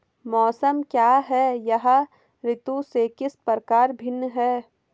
मौसम क्या है यह ऋतु से किस प्रकार भिन्न है?